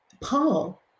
Paul